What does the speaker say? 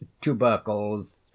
tubercles